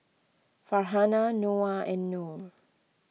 Farhanah Noah and Nor